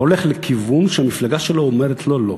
הולך לכיוון שהמפלגה שלו אומרת לו לא.